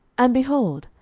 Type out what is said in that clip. and, behold,